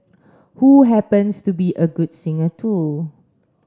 who happens to be a good singer too